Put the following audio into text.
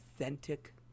authentic